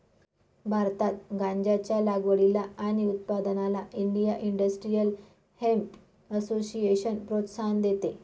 भारतात गांज्याच्या लागवडीला आणि उत्पादनाला इंडिया इंडस्ट्रियल हेम्प असोसिएशन प्रोत्साहन देते